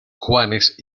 juanes